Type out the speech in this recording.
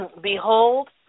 behold